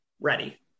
ready